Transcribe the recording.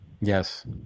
Yes